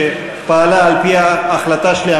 שפעלה על-פי ההחלטה שלי,